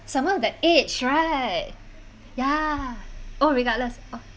some more that age right ya all regardless oh